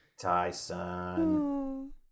Tyson